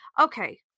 Okay